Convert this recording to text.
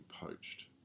poached